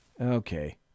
Okay